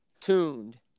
tuned